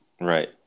Right